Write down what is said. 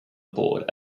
board